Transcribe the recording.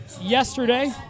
yesterday